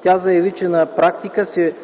Тя заяви, че на практика се